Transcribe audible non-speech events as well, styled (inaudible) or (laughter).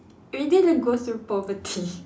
we didn't go through poverty (laughs)